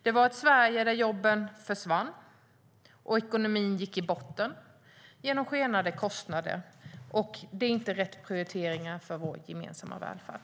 Det var ett Sverige där jobben försvann och ekonomin gick i botten genom skenande kostnader, och det är inte rätt prioriteringar för vår gemensamma välfärd.